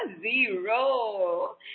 zero